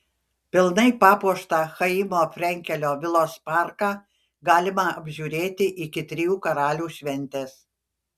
pilnai papuoštą chaimo frenkelio vilos parką galima apžiūrėti iki trijų karalių šventės